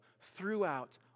throughout